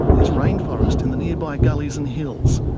there's rainforest in the nearby gullies and hills.